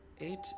eight